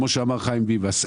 כמו שאמר חיים ביבס,